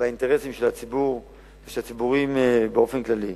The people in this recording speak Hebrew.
ובאינטרסים של הציבור ושל הציבורים באופן כללי,